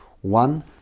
One